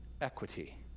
equity